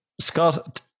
Scott